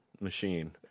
Machine